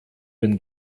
been